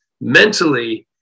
mentally –